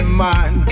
man